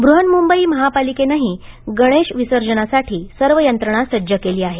ब्रहन्मुंबई महापालिकेनंही गणेश विसर्जनसाठी सर्व यंत्रणा सज्ज केली आहे